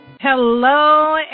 Hello